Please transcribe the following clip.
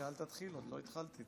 עוד לא התחלתי.